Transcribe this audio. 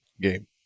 game